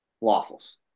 Waffles